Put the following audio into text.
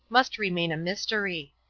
must remain a mystery.